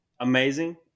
amazing